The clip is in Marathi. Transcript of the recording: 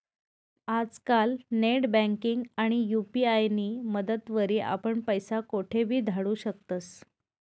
आजकाल नेटबँकिंग आणि यु.पी.आय नी मदतवरी आपण पैसा कोठेबी धाडू शकतस